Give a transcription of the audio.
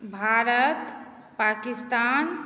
Bharat Pakistan